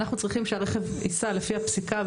אנחנו צריכים שהרכב ייסע לפי הפסיקה,